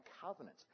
covenant